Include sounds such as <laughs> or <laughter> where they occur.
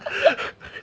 <laughs>